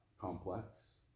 complex